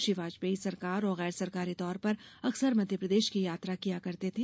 श्री वाजपेयी सरकार और गैर सरकारी तौर पर अक्सर मध्यप्रदेश की यात्रा किया करते थे